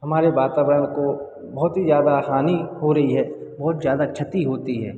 हमारे वातावरण को बहुत ही ज़्यादा हानी हो रही है बहुत ज़्यादा छति होती है